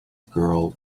girl